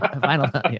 final